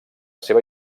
seva